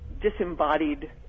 disembodied